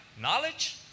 knowledge